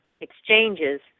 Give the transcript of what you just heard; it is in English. exchanges